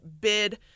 bid